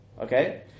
Okay